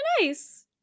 Nice